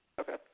Okay